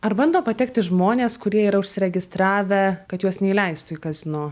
ar bando patekti žmonės kurie yra užsiregistravę kad juos neįleistų į kazino